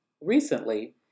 Recently